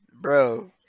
bro